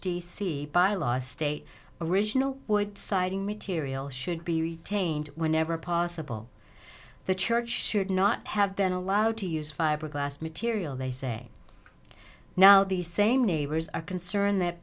c bylaws state original siding material should be retained whenever possible the church should not have been allowed to use fiberglass material they say now these same neighbors are concerned that